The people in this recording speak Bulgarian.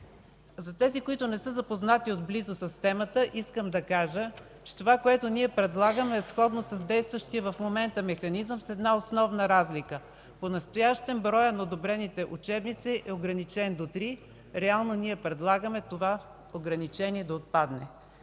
За тези, които не са запознати отблизо с темата, искам да кажа, че това, което предлагаме, е сходно с действащия в момента механизъм, с една основно разлика – понастоящем броят на одобрените учебници е ограничен до три, реално ние предлагаме това ограничение да отпадне.